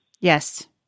Yes